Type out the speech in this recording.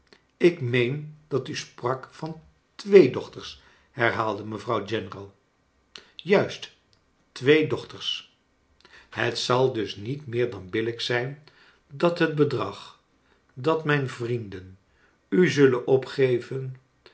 ik meen dat u sprak van twee dochters herhaalde mevrouw general juist twee dochters het zal dus niet meer dan billijk zijn dat het bedrag dat mijn vrienden u zullen opgeven